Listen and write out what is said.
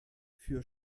für